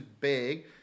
big